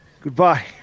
Goodbye